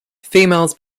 females